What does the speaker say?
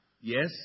Yes